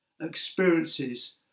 experiences